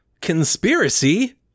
conspiracy